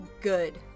Good